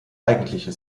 eigentliche